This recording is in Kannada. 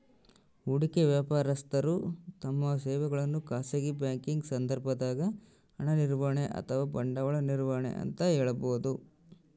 ಹೂಡಿಕೆ ವ್ಯವಸ್ಥಾಪಕರು ತಮ್ಮ ಸೇವೆಗಳನ್ನು ಖಾಸಗಿ ಬ್ಯಾಂಕಿಂಗ್ ಸಂದರ್ಭದಾಗ ಹಣ ನಿರ್ವಹಣೆ ಅಥವಾ ಬಂಡವಾಳ ನಿರ್ವಹಣೆ ಅಂತ ಹೇಳಬೋದು